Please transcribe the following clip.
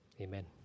Amen